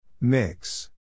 Mix